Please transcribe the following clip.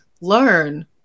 learn